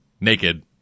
naked